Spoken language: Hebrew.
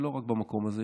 ולא רק במקום הזה,